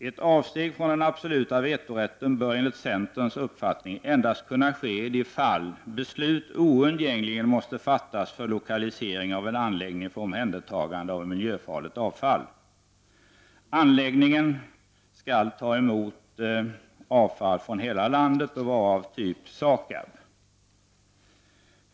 Ett avsteg från den absoluta vetorätten bör enligt centerns uppfattning endast kunna ske i de fall beslut oundgängligen måste fattas för lokalisering av en anläggning för omhändertagande av miljöfarligt avfall. Anläggningen skall ta emot avfall från hela landet och vara av typ SAKAB.